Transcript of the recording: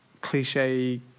cliche